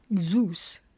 Zeus